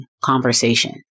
conversation